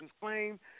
claim